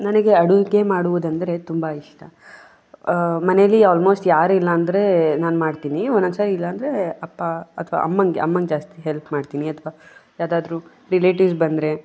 ನನಗೆ ಅಡುಗೆ ಮಾಡುವುದಂದರೆ ತುಂಬ ಇಷ್ಟ ಮನೆಯಲ್ಲಿ ಆಲ್ಮೋಸ್ಟ್ ಯಾರೂ ಇಲ್ಲಾಂದರೆ ನಾನು ಮಾಡ್ತೀನಿ ಒನ್ನೊಂದ್ಸಾರಿ ಇಲ್ಲಾಂದರೆ ಅಪ್ಪ ಅಥ್ವಾ ಅಮ್ಮಂಗೆ ಅಮ್ಮಂಗೆ ಜಾಸ್ತಿ ಹೆಲ್ಪ್ ಮಾಡ್ತೀನಿ ಅಥ್ವಾ ಯಾವ್ದಾದರೂ ರಿಲೇಟಿವ್ಸ್ ಬಂದರೆ